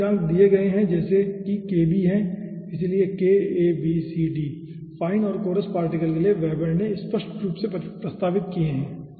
तो वे स्थिरांक दिए गए हैं जैसे कि K भी है इसलिए k a b c d fine और कोरेस पार्टिकल्स के लिए वेबर ने स्पष्ट रूप से प्रस्तावित किये है